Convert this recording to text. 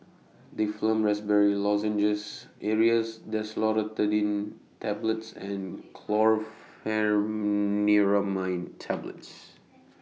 Difflam Raspberry Lozenges Aerius DesloratadineTablets and Chlorpheniramine Tablets